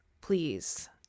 please